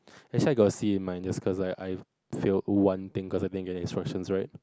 actually I got see in my this cause I I failed one thing cause I didn't get the instructions right